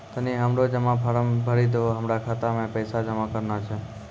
तनी हमरो जमा फारम भरी दहो, हमरा खाता मे पैसा जमा करना छै